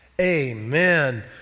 amen